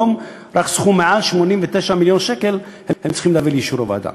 עד היום רק סכום שמעל 89 מיליון שקל הם צריכים להביא לאישור הוועדה.